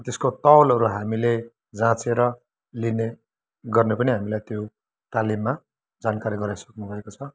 त्यसको तौलहरू हामीले जाँचेर लिने गर्ने पनि हामीलाई त्यो तालिममा जानकारी गराइसक्नु भएको छ